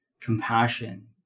compassion